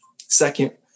Second